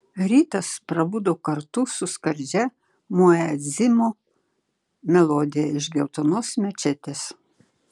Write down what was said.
rytas prabudo kartu su skardžia muedzino melodija iš geltonos mečetės